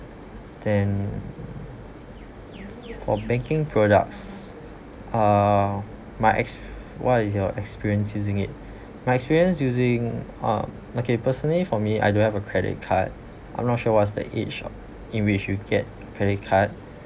then for banking products uh my ex~ what is your experience using it my experience using um okay personally for me I don't have a credit card i'm not sure what's the age in which you get a credit card